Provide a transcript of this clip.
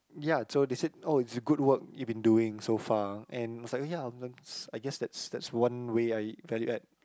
ya so they said oh it's a good work you've been doing so far and I was like oh ya I'm like I guess that's that's one way I value add